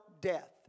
death